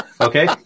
Okay